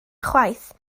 chwaith